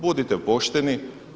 Budite pošteni.